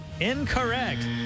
Incorrect